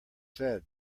said